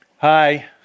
hi